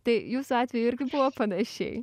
tai jūsų atveju irgi buvo panašiai